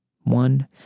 One